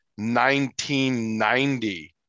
1990